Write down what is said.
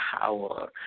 power